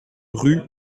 rue